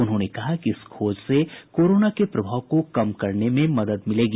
उन्होंने कहा कि इस खोज से कोरोना के प्रभाव को कम करने में मदद मिलेगी